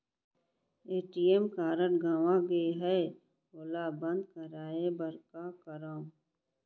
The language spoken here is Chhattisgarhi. ए.टी.एम कारड गंवा गे है ओला बंद कराये बर का करंव?